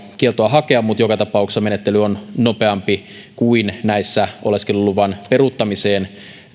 hakea mutta joka tapauksessa menettely on nopeampi kuin näissä oleskeluluvan peruuttamiseen